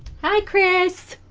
hi chris